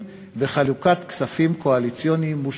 וחלוקת כספים קואליציוניים מושחתים.